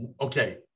okay